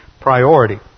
priority